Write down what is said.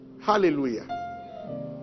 Hallelujah